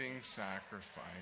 sacrifice